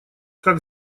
как